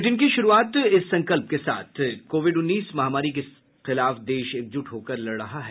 bulletin की शुरूआत इस संकल्प के साथ कोविड उन्नीस महामारी के खिलाफ देश एकजुट होकर लड़ रहा है